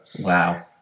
Wow